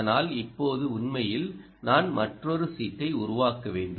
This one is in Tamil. அதனால் இப்போது உண்மையில் நான் மற்றொரு ஷீட்டை உருவாக்க வேண்டும்